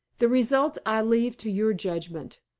the result i leave to your judgment.